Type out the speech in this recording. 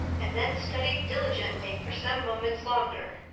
and then studied diligently for some moments longer.